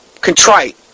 Contrite